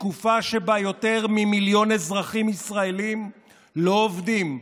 בתקופה שבה יותר ממיליון אזרחים ישראלים לא עובדים,